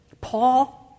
Paul